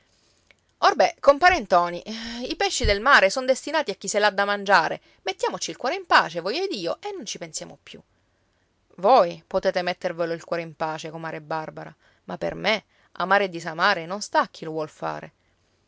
orbè compare ntoni i pesci del mare son destinati a chi se l'ha da mangiare mettiamoci il cuore in pace voi ed io e non ci pensiamo più voi potete mettervelo il cuore in pace comare barbara ma per me amare e disamare non sta a chi lo vuol fare